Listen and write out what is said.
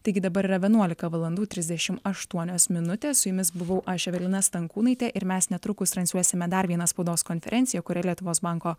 taigi dabar yra vienuolika valandų trisdešimt aštuonios minutės su jumis buvau aš evelina stankūnaitė ir mes netrukus transliuosime dar vieną spaudos konferenciją kurioj lietuvos banko